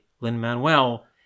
Lin-Manuel